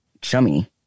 chummy